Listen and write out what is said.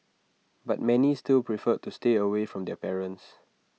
but many still preferred to stay away from their parents